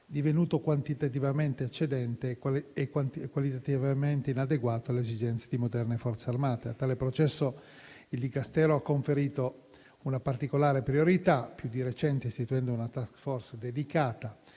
divenuto quantitativamente eccedente e qualitativamente inadeguato alle esigenze di moderne Forze armate. A tale processo il dicastero ha conferito una particolare priorità, più di recente istituendo una *task force* dedicata,